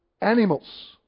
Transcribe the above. animals